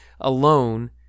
alone